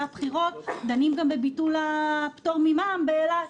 הבחירות דנים גם בביטול הפטור ממע"מ באילת.